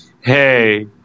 hey –